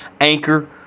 Anchor